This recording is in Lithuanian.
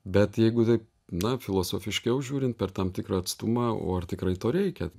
bet jeigu taip na filosofiškiau žiūrint per tam tikrą atstumą o ar tikrai to reikia